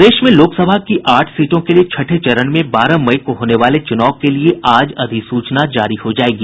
प्रदेश में लोकसभा की आठ सीटों के लिए छठे चरण में बारह मई को होने वाले चुनाव के लिए आज अधिसूचना जारी हो जाएगी